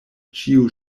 ĉio